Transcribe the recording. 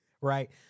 Right